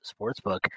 Sportsbook